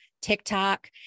TikTok